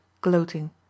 gloating